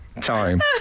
time